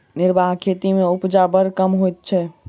निर्वाह खेती मे उपजा बड़ कम होइत छै